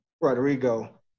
Rodrigo